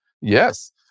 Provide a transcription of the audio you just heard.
Yes